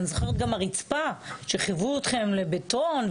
אני זוכרת גם הרצפה שחייבו אתכם לבטון.